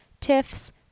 TIFFs